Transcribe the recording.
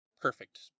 Perfect